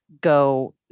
go